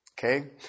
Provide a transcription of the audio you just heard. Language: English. Okay